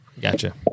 Gotcha